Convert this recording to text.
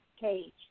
page